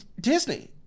disney